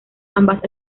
ambas